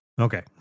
okay